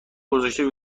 گذاشته